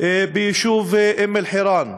ביישוב אום-אלחיראן.